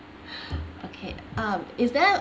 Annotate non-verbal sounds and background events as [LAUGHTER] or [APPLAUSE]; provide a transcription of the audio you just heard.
[BREATH] okay uh is there